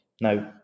Now